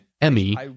Emmy